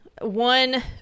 one